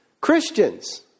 Christians